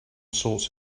sorts